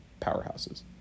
powerhouses